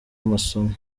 amasomo